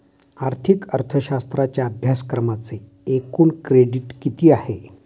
आर्थिक अर्थशास्त्राच्या अभ्यासक्रमाचे एकूण क्रेडिट किती आहेत?